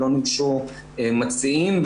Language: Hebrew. לא ניגשו מציעים,